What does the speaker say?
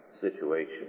Situation